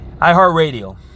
iHeartRadio